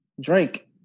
Drake